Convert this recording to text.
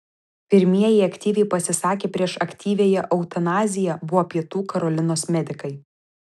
pirmieji aktyviai pasisakę prieš aktyviąją eutanaziją buvo pietų karolinos medikai